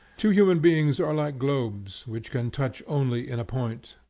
two human beings are like globes, which can touch only in a point,